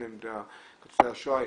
ניצולי שואה,